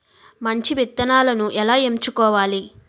మంచి విత్తనాలను ఎలా ఎంచుకోవాలి?